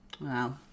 Wow